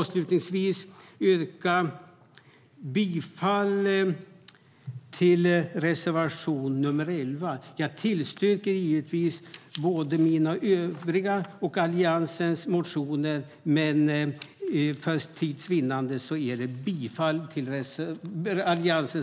Avslutningsvis yrkar jag bifall till reservation 9, men jag står givetvis bakom mina och övriga Alliansens